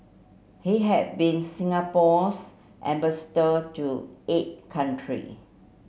he had been Singapore's ambassador to eight country